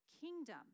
kingdom